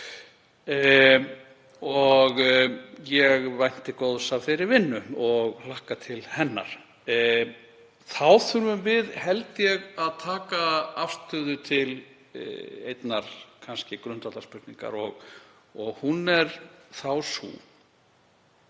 Ég vænti góðs af þeirri vinnu og hlakka til hennar. Þá þurfum við, held ég, að taka afstöðu til einnar grundvallarspurningar og hún er þessi: